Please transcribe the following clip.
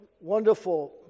wonderful